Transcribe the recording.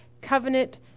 covenant